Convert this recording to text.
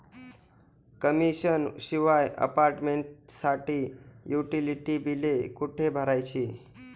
Commission शिवाय अपार्टमेंटसाठी utility बिले कुठे भरायची?